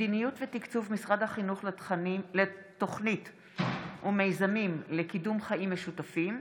מדיניות ותקצוב משרד החינוך לתוכנית ומיזמים לקידום חיים משותפים.